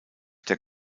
der